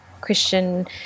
christian